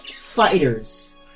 fighters